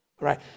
Right